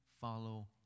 follow